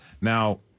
Now